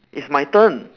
it's my turn